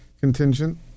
contingent